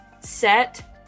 set